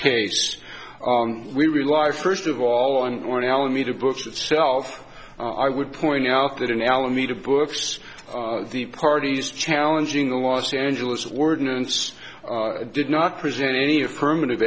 case we rely first of all on one alameda book itself i would point out that in alameda books the parties challenging the los angeles ordinance did not present any affirmative